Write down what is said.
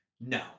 No